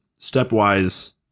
stepwise